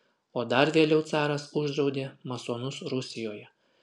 o dar vėliau caras uždraudė masonus rusijoje